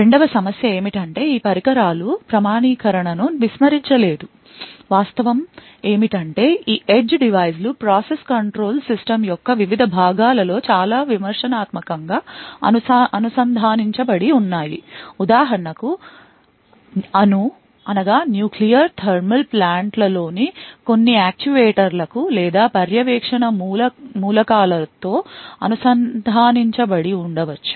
2వ సమస్య ఏమిటంటే ఈ పరికరాల ప్రామాణీకరణను విస్మరించలేము వాస్తవం ఏమిటంటే ఈ edge device లు ప్రాసెస్ కంట్రోల్ సిస్టమ్ యొక్క వివిధ భాగాలతో చాలా విమర్శనాత్మకం గా అనుసంధానించబడి ఉన్నాయి ఉదాహరణకు అణు థర్మల్ ప్లాంట్లలోని కొన్ని యాక్యుయేటర్లకు లేదా పర్యవేక్షణ మూలకాలతో అనుసంధానించబడి ఉండ వచ్చు